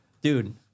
Dude